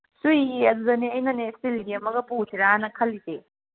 ꯆꯨꯏꯌꯦ ꯑꯗꯨꯗꯅꯦ ꯑꯩꯅꯅꯦ ꯏꯁꯇꯤꯜꯒꯤ ꯑꯃꯒ ꯄꯨꯁꯤꯔꯥꯅꯥ ꯈꯜꯂꯤꯁꯦ